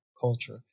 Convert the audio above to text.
culture